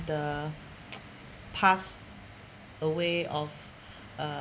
the pass away of uh